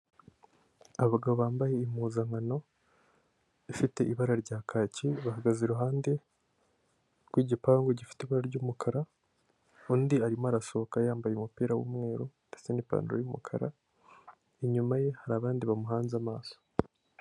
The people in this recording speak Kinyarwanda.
Abagabo bambaye impuzankano ifite ibara rya kaki bahagaze iruhande rw'igipangu gifite ibara ry'umukara undi arimo arasohoka yambaye umupira w'umweru ndetse n'ipantaro y'umukara inyuma ye hari abandi bamuhanze amaso.